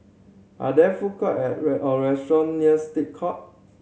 are there food court and or restaurant near State Court